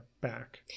back